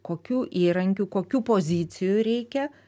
kokių įrankių kokių pozicijų reikia